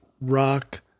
rock